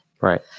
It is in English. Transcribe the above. Right